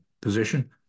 position